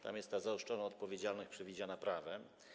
Tam jest ta zaostrzona odpowiedzialność przewidziana prawem.